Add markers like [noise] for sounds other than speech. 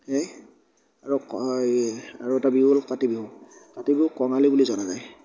সেই [unintelligible] আৰু এটা বিহু হ'ল কাতি বিহু কাতি বিহুক কঙালী বুলি জনা যায়